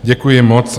Děkuji moc.